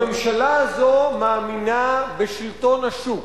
הממשלה הזו מאמינה בשלטון השוק,